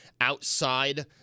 outside